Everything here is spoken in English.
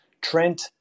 Trent